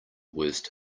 worst